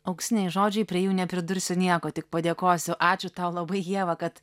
auksiniai žodžiai prie jų nepridursiu nieko tik padėkosiu ačiū tau labai ieva kad